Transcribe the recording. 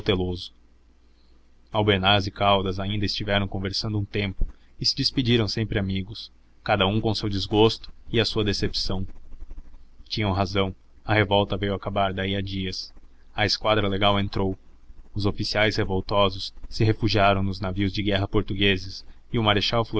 e caldas ainda estiveram conversando um tempo e se despediram sempre amigos cada um com o seu desgosto e a sua decepção tinham razão a revolta veio a acabar daí a dias a esquadra legal entrou os oficiais revoltosos se refugiaram nos navios de guerra portugueses e o marechal